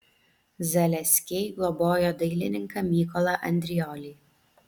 zaleskiai globojo dailininką mykolą andriolį